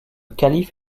calife